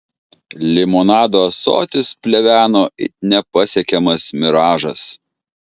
limonado ąsotis pleveno it nepasiekiamas miražas